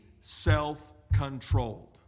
self-controlled